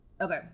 okay